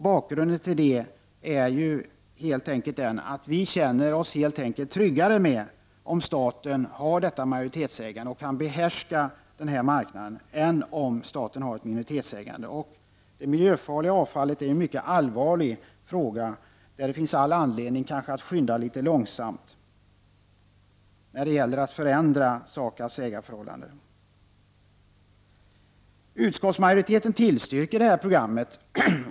Bakgrunden till det är helt enkelt att det känns tryggare om staten har detta majoritetsägande och kan behärska marknaden än om staten har ett minoritetsägande. Det miljöfarliga avfallet är en mycket allvarlig fråga, där det finns all anledning att skynda långsamt när det gäller att förändra SAKAB:s ägarförhållanden. Utskottsmajoriteten tillstyrker detta program.